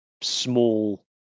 small